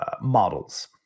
models